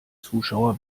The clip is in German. zuschauer